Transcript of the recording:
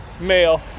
male